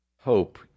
hope